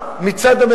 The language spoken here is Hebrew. היושב-ראש,